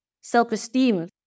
Self-esteem